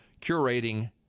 curating